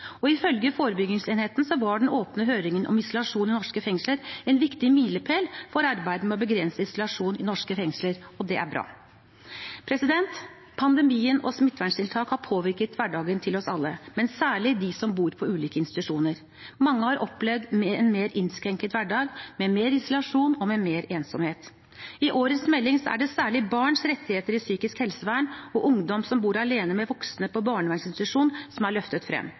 og ifølge forebyggingsenheten var den åpne høringen om isolasjon i norske fengsler en viktig milepæl i arbeidet med å begrense isolasjon i norske fengsler. Det er bra. Pandemien og smitteverntiltakene har påvirket hverdagen for oss alle, men særlig dem som bor på ulike institusjoner. Mange har opplevd en mer innskrenket hverdag med mer isolasjon og med mer ensomhet. I årets melding er det særlig barns rettigheter i psykisk helsevern og ungdom som bor alene med voksne på barnevernsinstitusjon, som er løftet frem.